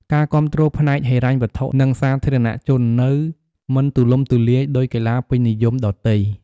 ការគាំទ្រផ្នែកហិរញ្ញវត្ថុ និងសាធារណជននៅមិនទូលំទូលាយដូចកីឡាពេញនិយមដទៃ។